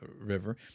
river